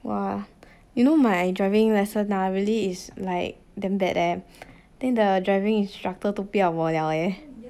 !wah! you know my driving lesson ah really is like damn bad eh then the driving instructor 都不要我 liao eh